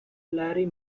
larry